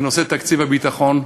בנושא תקציב הביטחון,